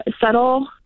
settle